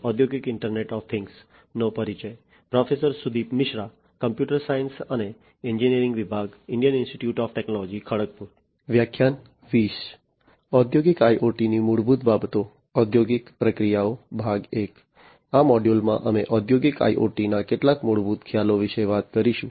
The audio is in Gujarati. આ મોડ્યુલમાં અમે ઔદ્યોગિક IoT ના કેટલાક મૂળભૂત ખ્યાલો વિશે વાત કરીશું